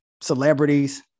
celebrities